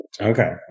Okay